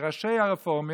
מראשי הרפורמים,